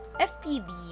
FPD